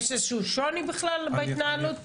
יש איזשהו שוני בכלל בהתנהלות?